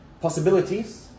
possibilities